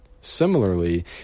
Similarly